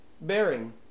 bearing